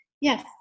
Yes